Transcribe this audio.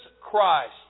Christ